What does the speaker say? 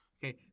Okay